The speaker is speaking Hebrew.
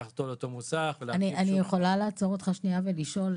צריך לקחת אותו לאותו מוסך --- אני יכולה לעצור אותך שנייה ולשאול,